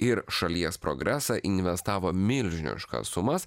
ir šalies progresą investavo milžiniškas sumas